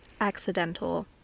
accidental